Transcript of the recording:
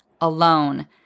alone